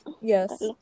Yes